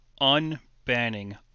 unbanning